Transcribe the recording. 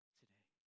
today